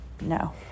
No